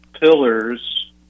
pillars